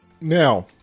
Now